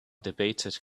debated